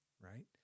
right